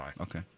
Okay